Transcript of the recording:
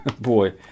Boy